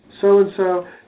so-and-so